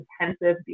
intensive